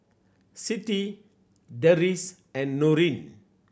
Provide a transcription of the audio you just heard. Siti Deris and Nurin